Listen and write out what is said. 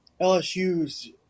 LSU's